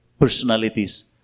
personalities